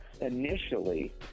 initially